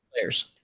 players